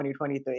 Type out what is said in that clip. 2023